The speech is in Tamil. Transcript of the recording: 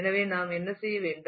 எனவே நாம் என்ன செய்வது